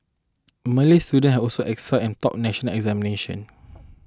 Malay student have also excelled and topped national examination